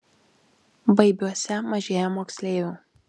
baibiuose mažėja moksleivių